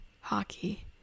hockey